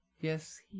Yes